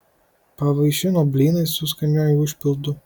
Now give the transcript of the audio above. pavaišino blynais su skaniuoju užpildu